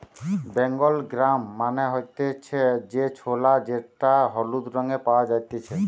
Bengal gram মানে হতিছে যে ছোলা যেটা হলুদ রঙে পাওয়া জাতিছে